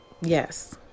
Yes